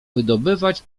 wydobywać